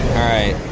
alright,